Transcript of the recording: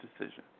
decision